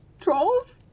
trolls